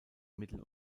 mittel